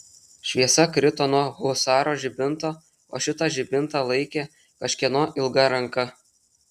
šviesa krito nuo husaro žibinto o šitą žibintą laikė kažkieno ilga ranka